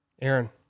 Aaron